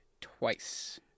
twice